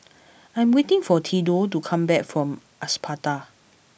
I am waiting for Theadore to come back from Espada